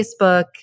Facebook